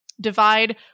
divide